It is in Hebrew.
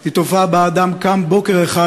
היא תופעה שבה אדם קם בוקר אחד,